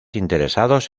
interesados